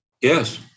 Yes